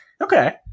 Okay